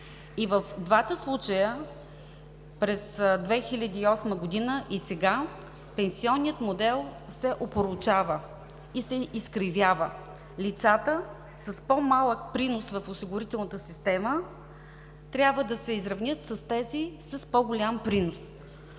И в двата случая – през 2008 г. и сега, пенсионният модел се опорочава и се изкривява. Лицата с по-малък принос в осигурителната система трябва да се изравнят с тези с по-голям принос.